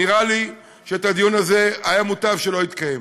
נראה לי שהדיון הזה, מוטב שלא התקיים,